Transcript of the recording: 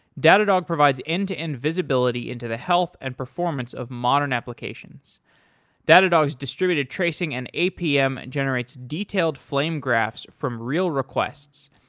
datadog provides end-to-end visibility into the health and performance of modern applications datadog's distributed tracing and apm and generates generates detailed flame graphs from real requests,